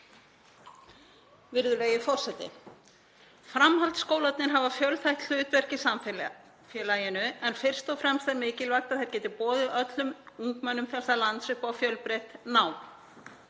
Virðulegi forseti. Framhaldsskólarnir hafa fjölþætt hlutverk í samfélaginu en fyrst og fremst er mikilvægt að þeir geti boðið öllum ungmennum þessa lands upp á fjölbreytt nám